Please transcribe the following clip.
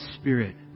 spirit